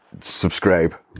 subscribe